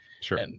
sure